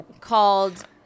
called